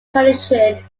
tradition